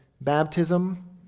baptism